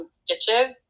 stitches